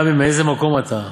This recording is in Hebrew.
רבי, מאיזה מקום אתה?